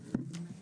13:02.